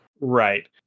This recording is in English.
Right